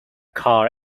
car